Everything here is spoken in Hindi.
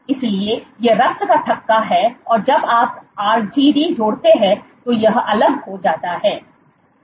इसलिए यह रक्त का थक्का है जो जब आप आरजीडी जोड़ते हैं तो यह अलग हो जाता है